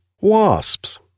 wasps